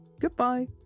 Goodbye